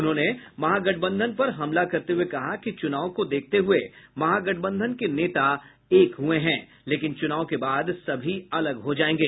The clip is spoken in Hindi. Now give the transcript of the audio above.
उन्होंने महागठबंधन पर हमला करते हुए कहा कि चुनाव को देखते हुए महागठबंधन के नेता एक हुए हैं लेकिन चुनाव के बाद सभी अलग हो जाएंगे